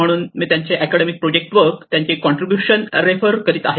म्हणून मी त्यांचे अकॅडमिक प्रोजेक्ट वर्क त्यांचे कॉन्ट्रीब्युशन रेफर करीत आहे